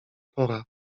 pora